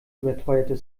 überteuerte